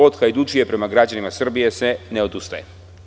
Od hajdučije prema građanima Srbije se ne odustaje.